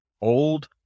old